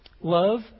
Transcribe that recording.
love